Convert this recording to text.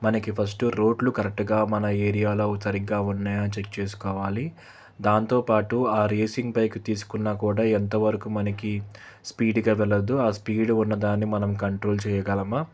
మనకి ఫస్టు రోడ్లు కరెక్ట్గా మన ఏరియాలో సరిగ్గా ఉన్నాయా చెక్ చేసుకోవాలి దాంతోపాటు ఆ రేసింగ్ బైక్ తీసుకున్నా కూడా ఎంతవరకు మనకి స్పీడుగా వెళ్ళ వద్దు ఆ స్పీడ్ ఉన్నదాన్ని మనం కంట్రోల్ చేయగలమా